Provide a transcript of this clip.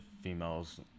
females